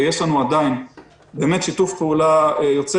ויש לנו עדיין שיתוף פעולה באמת יוצא